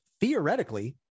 theoretically